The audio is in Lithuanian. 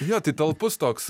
jo tai talpus toks